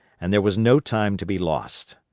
and there was no time to be lost.